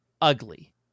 ugly